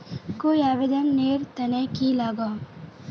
कोई आवेदन नेर तने की लागोहो?